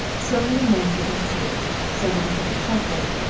so many men given soup, so many given chocolate.